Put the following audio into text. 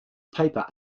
paper